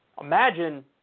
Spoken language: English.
Imagine